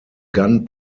gun